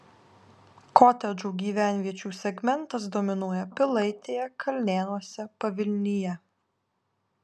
kotedžų gyvenviečių segmentas dominuoja pilaitėje kalnėnuose pavilnyje